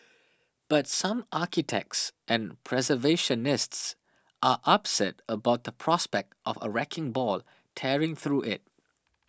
but some architects and preservationists are upset about the prospect of a wrecking ball tearing through it